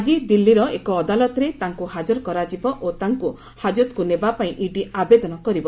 ଆକି ଦିଲ୍ଲୀର ଏକ ଅଦାଲତରେ ତାଙ୍କୁ ହାଜର କରାଯିବ ଓ ତାଙ୍କୁ ହାଜତକୁ ନେବାପାଇଁ ଇଡି ଆବେଦନ କରିବ